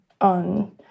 on